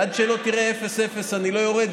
עד שלא תראה 00:00 אני לא יורד,